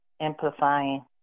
amplifying